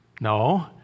no